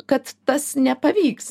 kad tas nepavyks